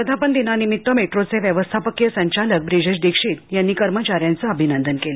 वर्धापन् दिनानिमित मेट्रो चे व्यवस्थापकीय संचालक ब्रिजेश दीक्षित यांनी कर्मचाऱ्यांचं अभिनंदन केलं